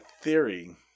theory